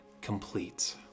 complete